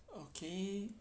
okay